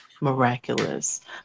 Miraculous